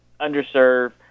underserved